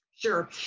Sure